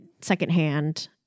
secondhand